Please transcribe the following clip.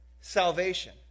salvation